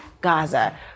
Gaza